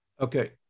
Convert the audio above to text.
okay